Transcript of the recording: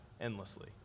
endlessly